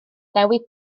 dewi